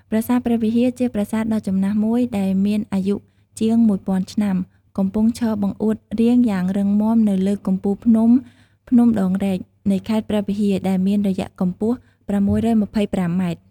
ប្រាសាទព្រះវិហារ ជាប្រាសាទដ៏ចំណាស់មួយដែលមានអាយុជាងមួយពាន់ឆ្នាំ កំពុងឈរបង្អួតរាងយ៉ាងរឹងមាំនៅលើកំពូលភ្នំភ្នំដងរែកនៃខេត្តព្រះវិហារ ដែលមានរយៈកម្ពស់ ៦២៥ម៉ែត្រ។